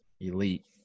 elite